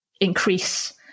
increase